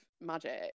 Magic